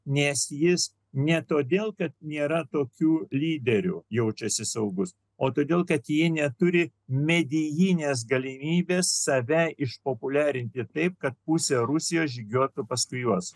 nes jis ne todėl kad nėra tokių lyderių jaučiasi saugus o todėl kad ji neturi galimybės save išpopuliarinti ir taip kad pusė rusijos žygiuotų paskui juos